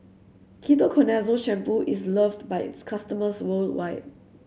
Ketoconazole Shampoo is loved by its customers worldwide